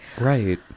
right